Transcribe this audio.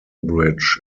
bridge